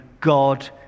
God